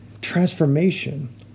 Transformation